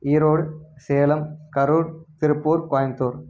Erode Salem Karur Tiruppur Coimbatore